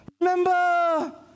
remember